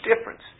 difference